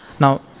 Now